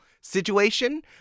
situation